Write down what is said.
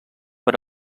per